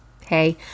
Hey